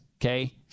Okay